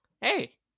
hey